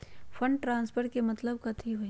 Fund transfer के मतलब कथी होई?